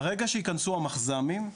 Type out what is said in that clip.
ברגע שייכנסו המחז"מים,